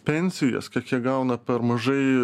pensijas kiek jie gauna per mažai